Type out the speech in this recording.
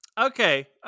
okay